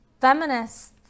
feminists